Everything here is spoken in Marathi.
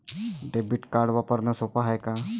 डेबिट कार्ड वापरणं सोप हाय का?